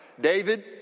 David